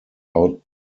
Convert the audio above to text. out